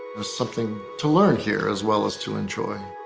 there's something to learn here as well as to enjoy.